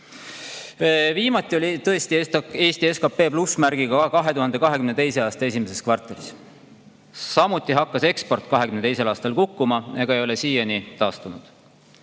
Viimati oli Eesti SKP plussmärgiga 2022. aasta esimeses kvartalis. Eksport hakkas 2022. aastal kukkuma ega ole siiani taastunud.